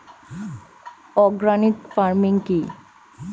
Organic farming কি?